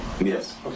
Yes